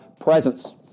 presence